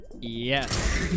Yes